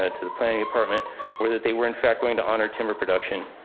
ah to the planning department or that they were in fact going to honor timber production.